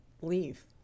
leave